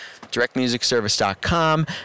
directmusicservice.com